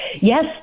Yes